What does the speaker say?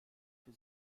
für